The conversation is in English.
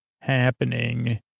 happening